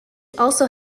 also